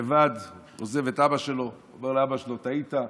הוא עוזב את אבא שלו, הוא אומר לאבא שלו: טעית.